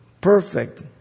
Perfect